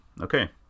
Okay